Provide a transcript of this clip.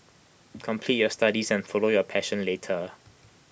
complete your studies and follow your passion later